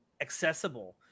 accessible